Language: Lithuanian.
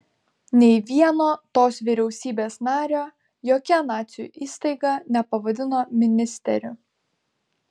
nei vieno tos vyriausybės nario jokia nacių įstaiga nepavadino ministeriu